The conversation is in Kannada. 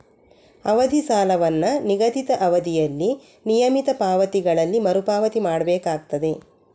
ಅವಧಿ ಸಾಲವನ್ನ ನಿಗದಿತ ಅವಧಿಯಲ್ಲಿ ನಿಯಮಿತ ಪಾವತಿಗಳಲ್ಲಿ ಮರು ಪಾವತಿ ಮಾಡ್ಬೇಕಾಗ್ತದೆ